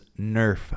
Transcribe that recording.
Nerf